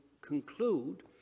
conclude